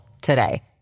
today